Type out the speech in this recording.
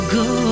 go